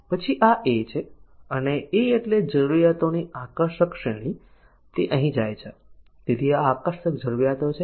પછી આ A છે અને A એટલે જરૂરિયાતોની આકર્ષક શ્રેણી અને તે અહીં જાય છે તેથી આ આકર્ષક જરૂરિયાતો છે